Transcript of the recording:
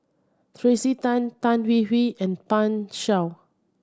Tracey Tan Tan Hwee Hwee and Pan Shou